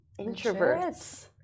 introverts